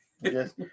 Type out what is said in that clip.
Yes